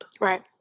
Right